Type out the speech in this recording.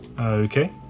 Okay